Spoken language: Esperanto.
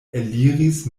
eliris